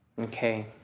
Okay